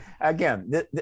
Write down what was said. again